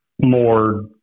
more